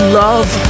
love